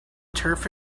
turf